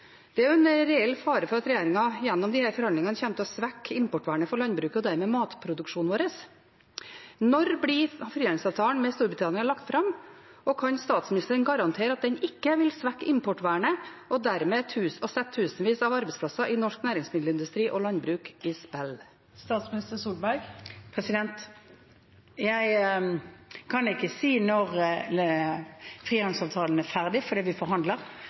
Det er en reell fare for at regjeringen gjennom disse forhandlingene kommer til å svekke importvernet for landbruket og dermed matproduksjonen vår. Når blir frihandelsavtalen med Storbritannia lagt fram, og kan statsministeren garantere at den ikke vil svekke importvernet og dermed sette tusenvis av arbeidsplasser i norsk næringsmiddelindustri og landbruk i spill? Jeg kan ikke si når frihandelsavtalen er ferdig, for vi forhandler,